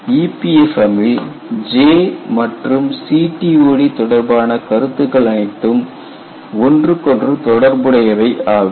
EPFM ல் J மற்றும் CTOD தொடர்பான கருத்துக்கள் அனைத்தும் ஒன்றுக்கொன்று தொடர்புடையவை ஆகும்